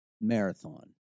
Marathon